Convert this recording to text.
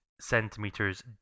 centimeters